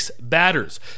batters